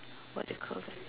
what you call that